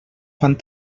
fan